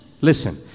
Listen